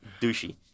douchey